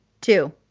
two